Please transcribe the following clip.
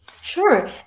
Sure